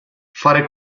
fare